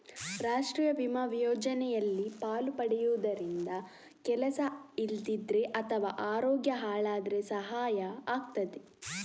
ರಾಷ್ಟೀಯ ವಿಮಾ ಯೋಜನೆಯಲ್ಲಿ ಪಾಲು ಪಡೆಯುದರಿಂದ ಕೆಲಸ ಇಲ್ದಿದ್ರೆ ಅಥವಾ ಅರೋಗ್ಯ ಹಾಳಾದ್ರೆ ಸಹಾಯ ಆಗ್ತದೆ